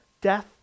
death